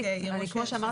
כמו שאמרתי,